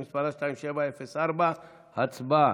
מס' 2704. הצבעה.